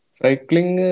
cycling